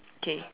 okay